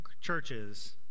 churches